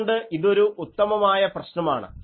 അതുകൊണ്ട് ഇതൊരു ഉത്തമമായ പ്രശ്നമാണ്